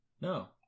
No